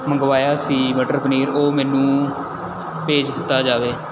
ਮੰਗਵਾਇਆ ਸੀ ਮਟਰ ਪਨੀਰ ਉਹ ਮੈਨੂੰ ਭੇਜ ਦਿੱਤਾ ਜਾਵੇ